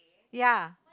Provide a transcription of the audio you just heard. ya